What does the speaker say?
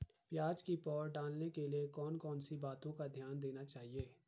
प्याज़ की पौध डालने के लिए कौन कौन सी बातों का ध्यान देना चाहिए?